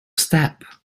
step